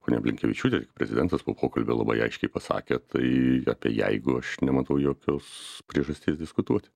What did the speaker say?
ponia blinkevičiūtė tiek prezidentas po pokalbio labai aiškiai pasakė tai apie jeigu aš nematau jokios priežasties diskutuot